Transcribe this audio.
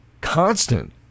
Constant